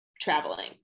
traveling